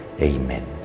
Amen